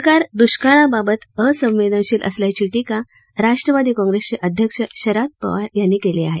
सरकार दृष्काळाबाबत असंवेदनशील असल्याची टीका राष्ट्रवादी काँग्रेसचे अध्यक्ष शरद पवार यांनी केली आहे